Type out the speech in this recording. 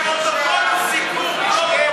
כי הפרוטוקול הוא סיכום, טוב?